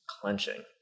clenching